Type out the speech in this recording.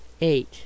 eight